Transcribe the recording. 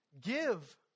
give